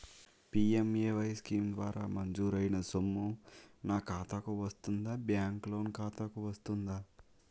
PMAY scheme ద్వారా మంజూరైన సొమ్ము నా ఖాతా కు వస్తుందాబ్యాంకు లోన్ ఖాతాకు వస్తుందా?